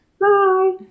Bye